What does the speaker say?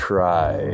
Try